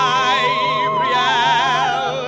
Gabriel